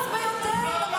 תתביישי לך.